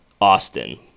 Austin